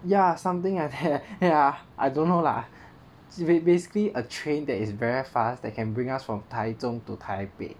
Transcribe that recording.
ya something like that ya I don't know lah it basically a train that is very fast that can bring us from taichung to taipei